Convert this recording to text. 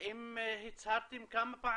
האם הצהרתם כמה פעמים,